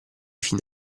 fine